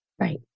Right